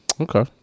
okay